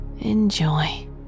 Enjoy